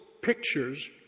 pictures